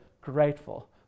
grateful